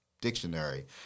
Dictionary